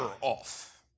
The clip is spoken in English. off